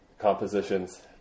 compositions